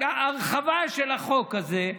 הרחבה של החוק הזה.